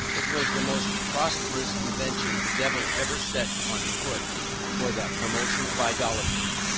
it was the most prosperous invention the devil ever set on foot for the promotion of idolatry.